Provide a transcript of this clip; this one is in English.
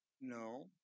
No